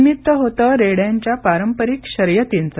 निमित्त होते रेड्यांच्या पारंपरिक शर्यतींच